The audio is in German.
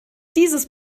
dieses